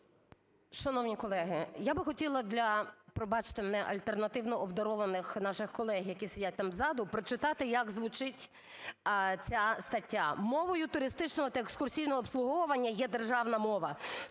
Шановні колеги! Я би хотіла для, пробачте мене, альтернативно обдарованих наших колег, які сидять там, ззаду, прочитати, як звучить ця стаття. "Мовою туристичного та екскурсійного обслуговування є державна мова.